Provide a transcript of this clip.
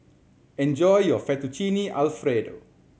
enjoy your Fettuccine Alfredo